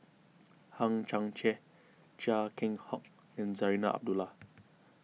Hang Chang Chieh Chia Keng Hock and Zarinah Abdullah